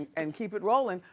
and keep it rolling,